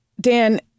Dan